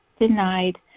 denied